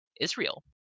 Israel